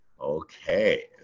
Okay